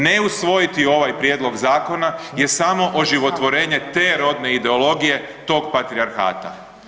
Ne usvojiti ovaj prijedlog zakona je samo oživotvorenje te rodne ideologije, tog patrijarhata.